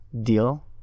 deal